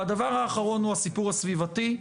הדבר האחרון הוא הסיפור הסביבתי.